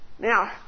Now